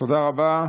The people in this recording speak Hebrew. תודה רבה.